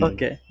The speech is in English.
Okay